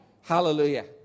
Hallelujah